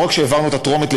לא רק שהעברנו בטרומית,